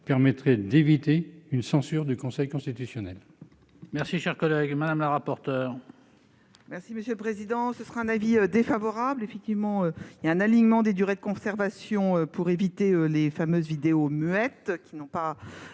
permettrait d'éviter une censure du Conseil constitutionnel.